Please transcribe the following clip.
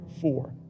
four